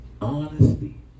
honesty